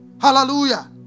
Hallelujah